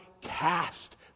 cast